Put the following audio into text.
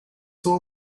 soul